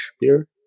beer